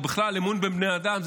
או בכלל אמון בבני אדם,